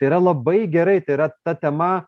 tai yra labai gerai tai yra ta tema